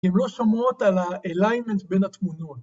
‫הן לא שומרות על ה-alignment ‫בין התמונות.